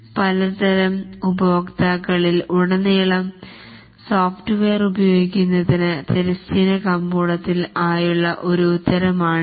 പലതരം ഉപഭോക്താക്കളിൽ ഉടനീളം സോഫ്റ്റ്വെയർ ഉപയോഗിക്കുന്നതിന് തിരശ്ചീന കമ്പോളത്തിൽ ആയുള്ള ഒരു ഉത്തരമാണിത്